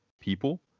people